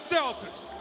Celtics